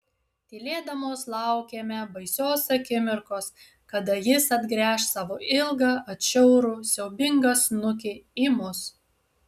tylėdamos laukėme baisios akimirkos kada jis atgręš savo ilgą atšiaurų siaubingą snukį į mus